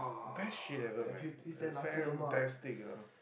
best shit ever man it was fantastic you know